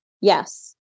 yes